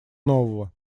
нового